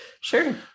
sure